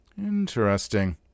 Interesting